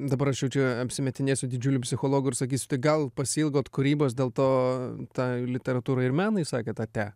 dabar aš jau čia apsimetinėsiu didžiuliu psichologu ir sakysiu tai gal pasiilgot kūrybos dėl to tai literatūrai ir menui sakėt ate